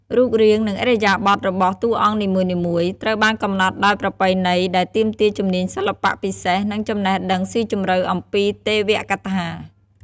រូបរាង និងឥរិយាបថរបស់តួអង្គនីមួយៗ ត្រូវបានកំណត់ដោយប្រពៃណី ដែលទាមទារជំនាញសិល្បៈពិសេស និងចំណេះដឹងស៊ីជម្រៅអំពីទេវកថា។